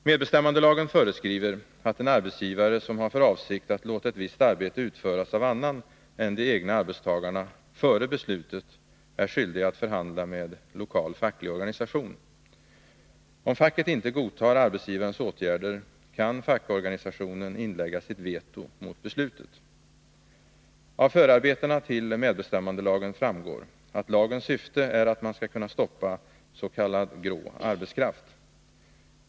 Medbestämmandelagen föreskriver att en arbetsgivare, som har för avsikt att låta ett visst arbete utföras av annan än de egna arbetstagarna, före beslutet är skyldig att förhandla med lokal facklig organisation. Om facket inte godtar arbetsgivarens åtgärder, kan fackorganisationen inlägga sitt veto mot beslutet. Av förarbetena till MBL framgår att lagens syfte är att man skall kunna stoppas.k. grå arbetskraft.